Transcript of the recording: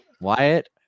Wyatt